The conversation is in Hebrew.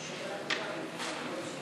שאלה טובה.